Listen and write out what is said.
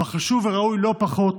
אבל חשוב וראוי לא פחות,